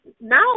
Now